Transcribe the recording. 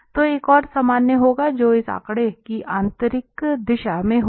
तो एक और सामान्य होगा जो इस आंकड़े की आंतरिक दिशा में होगा